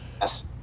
Yes